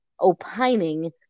opining